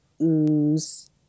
ooze